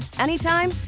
anytime